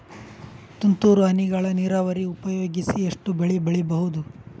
ತುಂತುರು ಹನಿಗಳ ನೀರಾವರಿ ಉಪಯೋಗಿಸಿ ಎಷ್ಟು ಬೆಳಿ ಬೆಳಿಬಹುದು?